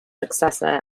successor